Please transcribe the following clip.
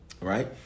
right